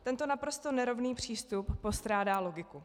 Tento naprosto nerovný přístup postrádá logiku.